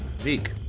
Zeke